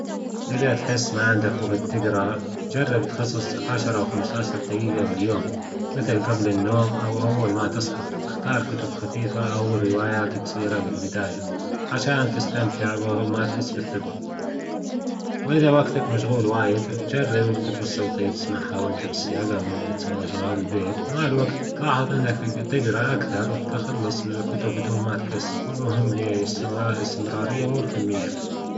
أذا تحس ما عندك وجت تجرأ جرب تخصص عشرة أو خمستاش دقيقة باليوم مثل جبل النوم أو أول ما تصحى، إختار كتب خفيفة أو روايات جصيرة بالبداية عشان تستمتع و ما تحس بالثجل. وإذا وجتك مشغول وايد جرب الكتب الصوتية تسمعها وإنت بالسياقة وإن تسوي أشغال البيت ومع الوجت تلاحظ إنك تجرأ أكثر وتخلص من الكتب بدون ما تحس والمهم هي الإستمرارية مو الكمية.